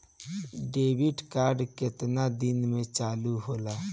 Debit card केतना दिन में चालु होला?